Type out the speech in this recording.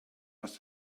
aus